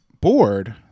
board